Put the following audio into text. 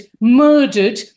murdered